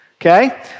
okay